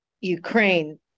Ukraine